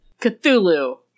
Cthulhu